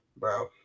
Bro